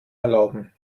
erlauben